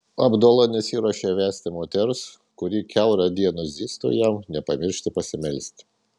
abdula nesiruošė vesti moters kuri kiaurą dieną zyztų jam nepamiršti pasimelsti